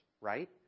right